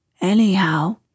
anyhow